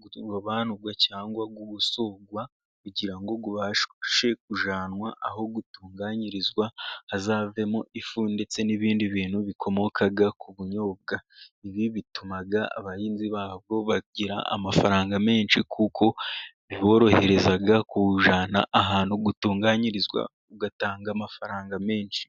kurobanurwa cyangwa gukosorwa ,kugira ngo ubashe kujyanwa aho utunganyirizwa hazavemo ifu, ndetse n'ibindi bintu bikomoka ku bunyobwa, ibi bituma abahinzi babwo bagira amafaranga menshi ,kuko borohereza kujyana ahantu utunganyirizwa ,ugatanga amafaranga menshi.